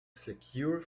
secure